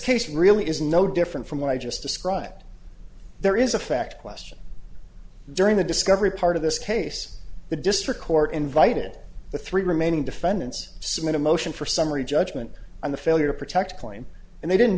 case really is no different from what i just described there is a fact question during the discovery part of this case the district court invited the three remaining defendants submit a motion for summary judgment on the failure to protect a claim and they didn't